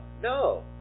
no